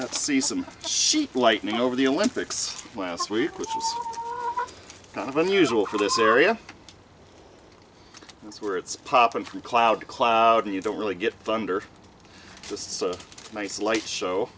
let's see some sheep lightning over the olympics last week was kind of unusual for this area that's where it's popping from cloud to cloud and you don't really get thunder just a nice light show